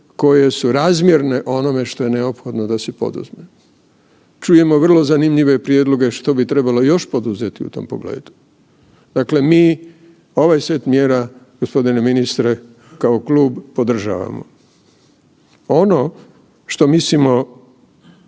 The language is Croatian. koje su razmjerne onome što je neophodno da se poduzme. Čujemo vrlo zanimljive prijedloge što bi trebalo još poduzeti u tom pogledu. Dakle, mi ovaj set mjera g. ministre kao klub podržavamo. Ono što mislimo,